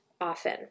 often